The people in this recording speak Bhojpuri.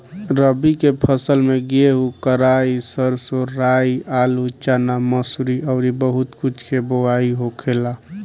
रबी के फसल में गेंहू, कराई, सरसों, राई, आलू, चना, मसूरी अउरी बहुत कुछ के बोआई होखेला